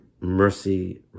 mercy